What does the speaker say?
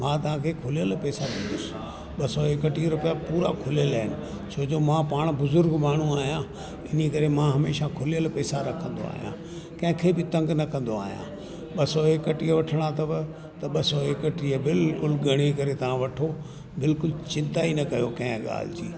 मां तव्हांखे खुलियल पैसा ॾींदुसि ॿ सौ एकटीह रुपिया पुरा खुलियल आइन छो जो मां पाण बुज़ुर्ग माण्हू आहियां इन करे मां हमेशह खुलियल पैसा रखंदो आहियां कंहिंखे बि तंग न कंदो आहियां ॿ सौ एकटीह वठणा अथव त ॿ सौ एकटीह बिल्कुलु गणे करे ता वठो बिल्कुलु चिंता ई न कयो कंहिं ॻाल्हि जी